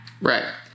Right